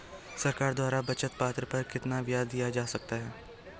सरकार द्वारा बचत पत्र पर कितना ब्याज दिया जाता है?